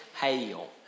Hail